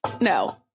No